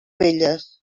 velles